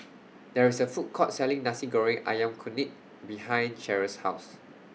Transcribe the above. There IS A Food Court Selling Nasi Goreng Ayam Kunyit behind Cheryl's House